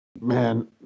Man